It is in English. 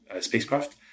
spacecraft